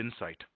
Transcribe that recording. insight